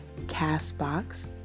CastBox